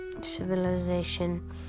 civilization